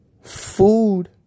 food